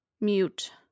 mute